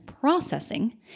processing